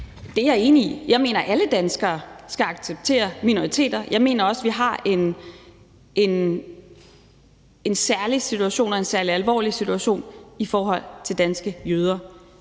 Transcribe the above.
Det er jeg enig i. Jeg mener, at alle danskere skal acceptere minoriteter. Jeg mener også, vi har en særlig situation og en særlig alvorlig situation i forhold til danske jøder.